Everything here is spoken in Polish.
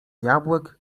jabłek